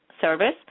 service